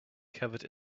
covered